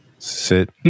sit